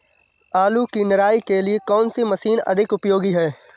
आलू की निराई के लिए कौन सी मशीन अधिक उपयोगी है?